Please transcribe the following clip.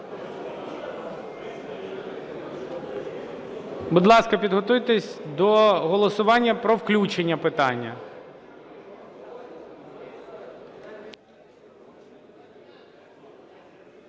Будь ласка, підготуйтесь до голосування про включення питання.